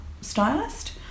stylist